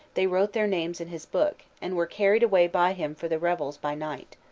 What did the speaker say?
they wrote their names in his book, and were carried away by him for the revels by night.